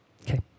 Okay